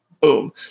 Boom